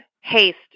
haste